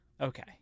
Okay